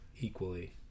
equally